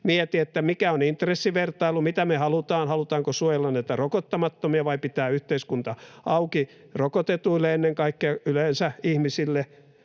mieti, mikä on intressivertailu, mitä me halutaan, halutaanko suojella näitä rokottamattomia vai pitää yhteiskunta auki ennen kaikkea rokotetuille, yleensä ihmisille.